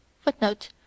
footnote